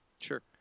Sure